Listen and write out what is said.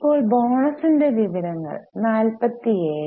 ഇപ്പോൾ ബോണസിന്റെ വിവരങ്ങൾ 47